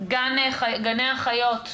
גני החיות,